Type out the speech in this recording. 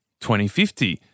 2050